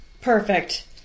Perfect